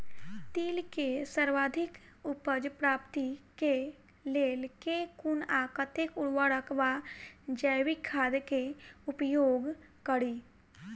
तिल केँ सर्वाधिक उपज प्राप्ति केँ लेल केँ कुन आ कतेक उर्वरक वा जैविक खाद केँ उपयोग करि?